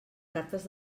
cartes